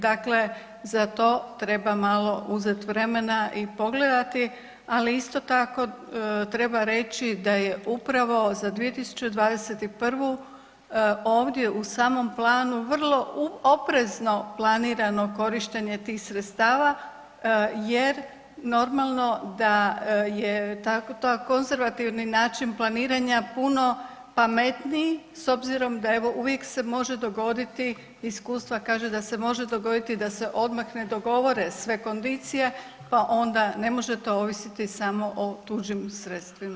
Dakle, za to treba malo uzeti vremena i pogledati, ali isto tako treba reći da je upravo za 2021. ovdje u samom planu vrlo oprezno planirano korištenje tih sredstava jer normalno da je taj konzervativni način planiranja puno pametniji s obzirom da, evo, uvijek se može dogoditi, iskustvo kaže da se može dogoditi da se odmah ne dogovore sve kondicije, pa onda ne možete ovisiti samo o tuđim sredstvima.